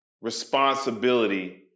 responsibility